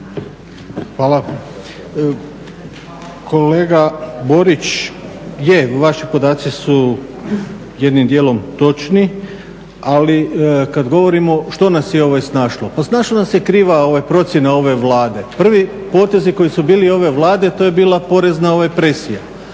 Hvala. Kolega Borić, je, vaši podaci su jednim dijelom točni, ali kad govorimo što nas je snašlo, pa snašla nas je kriva procjena ove Vlade. Prvi potezi koji su bili ove Vlade to je bila porezna presija.